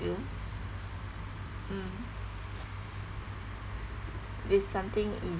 you mm it's something err